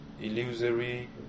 illusory